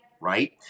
right